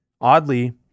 oddly